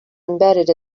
embedded